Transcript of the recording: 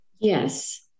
Yes